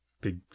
big